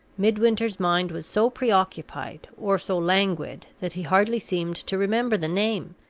midwinter's mind was so preoccupied or so languid that he hardly seemed to remember the name.